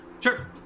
Sure